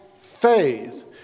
faith